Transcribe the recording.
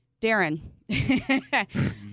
Darren